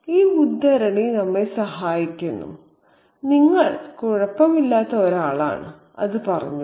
ഈ ഉദ്ധരണി നമ്മെ സഹായിക്കുന്നു നിങ്ങൾ കുഴപ്പമില്ലാത്ത ഒരാളാണ് അത് പറഞ്ഞു